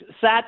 Sat